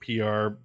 pr